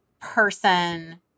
person